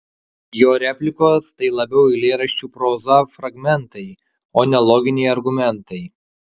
jo replikos tai labiau eilėraščių proza fragmentai o ne loginiai argumentai